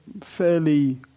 fairly